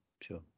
sure